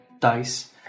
dice